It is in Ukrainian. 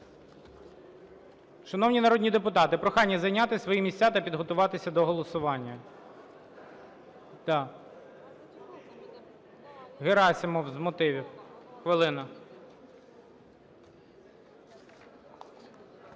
Шановні народні депутати, прохання зайняти свої місця та підготуватися до голосування. Герасимов з мотивів, хвилина.